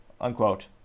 unquote